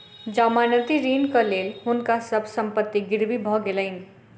जमानती ऋणक लेल हुनका सभ संपत्ति गिरवी भ गेलैन